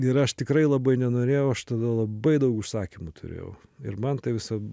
ir aš tikrai labai nenorėjau aš tada labai daug užsakymų turėjau ir man tai visa